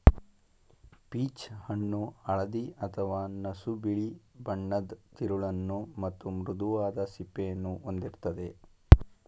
peach ಹಣ್ಣು ಹಳದಿ ಅಥವಾ ನಸುಬಿಳಿ ಬಣ್ಣದ್ ತಿರುಳನ್ನು ಮತ್ತು ಮೃದುವಾದ ಸಿಪ್ಪೆಯನ್ನು ಹೊಂದಿರ್ತದೆ